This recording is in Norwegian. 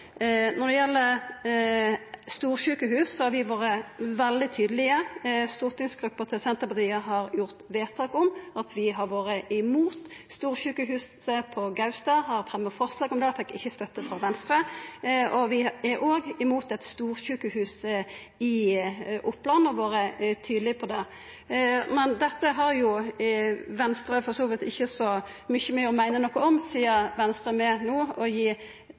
Når det gjeld storsjukehus, har vi vore veldig tydelege. Stortingsgruppa til Senterpartiet har gjort vedtak om at vi har vore imot storsjukehuset på Gaustad. Vi fremja forslag om det, men fekk ikkje støtte frå Venstre. Vi er òg imot eit storsjukehus i Oppland og har vore tydelege på det. Men dette har Venstre for så vidt ikkje så mykje med å meina noko om, sidan Venstre no er med